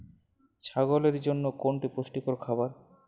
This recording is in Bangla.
ছাগলের জন্য কোনটি পুষ্টিকর খাবার?